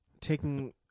Taking